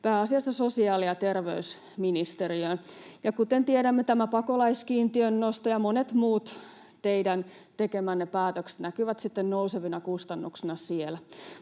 pääasiassa sosiaali- ja terveysministeriöön. Ja kuten tiedämme, pakolaiskiintiön nosto ja monet muut teidän tekemänne päätökset näkyvät sitten nousevina kustannuksina siellä.